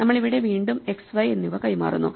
നമ്മൾ ഇവിടെ വീണ്ടും x y എന്നിവ കൈമാറുന്നു